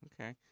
Okay